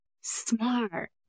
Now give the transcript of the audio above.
Smart